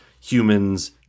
humans